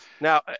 Now